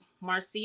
marcia